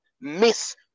Miss